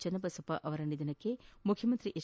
ಚನ್ನಬಸಪ್ಪ ಅವರ ನಿಧನಕ್ಕೆ ಮುಖ್ಯಮಂತ್ರಿ ಎಚ್